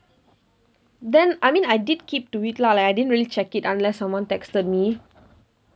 then I mean I did keep to it lah like I didn't really check it unless someone texted me